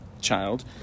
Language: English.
child